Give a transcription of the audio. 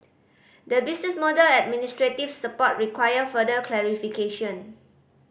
the business model and administrative support require further clarification